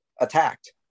attacked